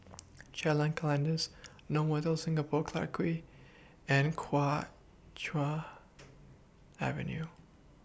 Jalan Kandis Novotel Singapore Clarke Quay and Kuo Chuan Avenue